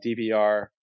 DVR